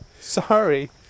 Sorry